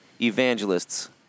Evangelists